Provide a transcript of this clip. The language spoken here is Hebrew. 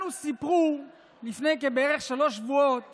לנו סיפרו לפני בערך שלושה שבועות